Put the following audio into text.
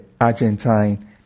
argentine